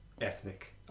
Ethnic